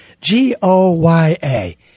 G-O-Y-A